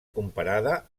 comparada